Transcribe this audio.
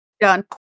Done